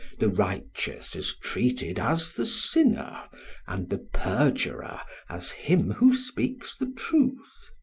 the righteous is treated as the sinner and the perjurer as him who speaks the truth.